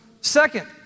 Second